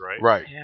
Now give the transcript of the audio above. right